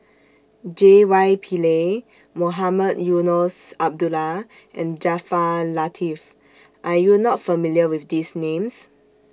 J Y Pillay Mohamed Eunos Abdullah and Jaafar Latiff Are YOU not familiar with These Names